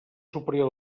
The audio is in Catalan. superior